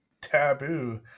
taboo